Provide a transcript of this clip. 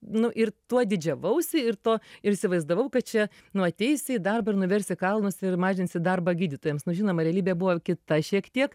nu ir tuo didžiavausi ir tuo ir įsivaizdavau kad čia nu ateisi į darbą ir nuversi kalnus ir mažinsi darbą gydytojams nu žinoma realybė buvo kita šiek tiek